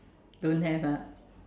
don't have ah